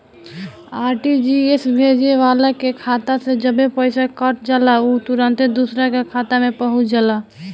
RTGS भेजे वाला के खाता से जबे पईसा कट जाला उ तुरंते दुसरा का खाता में पहुंच जाला